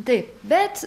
taip bet